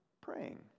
praying